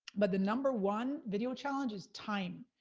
but the number one video challenge is time.